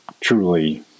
truly